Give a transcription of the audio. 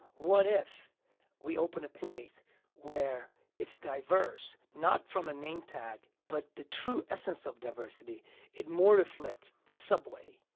what if we open a place where it's diverse, not from a name tag, but the true essence of diversity it more reflects the subway.